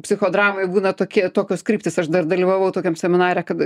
psichodramoj būna tokie tokios kryptys aš dar dalyvavau tokiam seminare kad